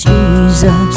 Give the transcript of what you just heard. Jesus